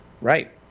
Right